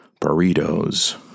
burritos